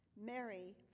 Mary